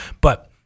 But-